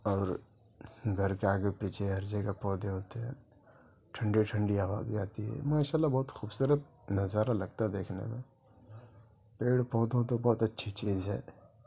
اور گھر کے آگے پیچھے ہر جگہ پودے ہوتے ہیں ٹھنڈی ٹھنڈی ہوا بھی آتی ہے ماشا اللہ بہت خوبصورت نظارہ لگتا ہے دیکھنے میں پیڑ پودوں تو بہت اچھی چیز ہے